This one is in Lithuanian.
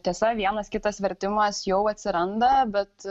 tiesa vienas kitas vertimas jau atsiranda bet